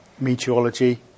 meteorology